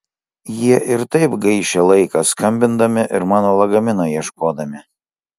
jie ir taip gaišę laiką skambindami ir mano lagamino ieškodami